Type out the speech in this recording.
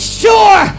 sure